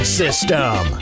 system